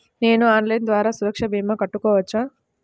నేను ఆన్లైన్ ద్వారా సురక్ష భీమా కట్టుకోవచ్చా?